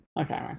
Okay